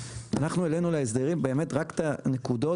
אנחנו העלינו להסדרים באמת רק את הנקודות.